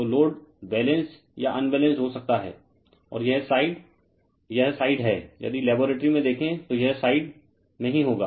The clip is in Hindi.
तो लोड बैलेंस्ड या अनबैलेंस्ड हो सकता है और यह साइड यह साइड है यदि लेबोरेटरी में देखें तो यह साइड रिफर टाइम 0053 में ही होगा